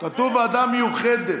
כתוב "ועדה מיוחדת".